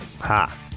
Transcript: ha